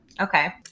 Okay